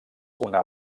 una